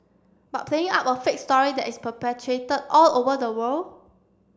but playing up a fake story that is perpetuated all over the world